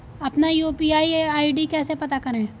अपना UPI ID कैसे पता करें?